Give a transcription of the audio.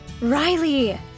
Riley